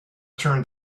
turned